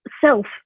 self